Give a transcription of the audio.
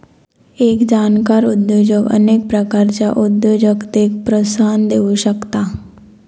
एक जाणकार उद्योजक अनेक प्रकारच्या उद्योजकतेक प्रोत्साहन देउ शकता